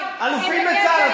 אלופים בצה"ל,